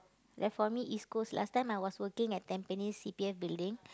like for me East-Coast last time I was working at Tampines C_P_F building